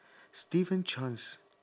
steven chan